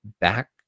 back